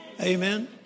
Amen